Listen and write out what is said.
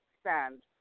stand